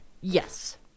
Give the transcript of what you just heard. Yes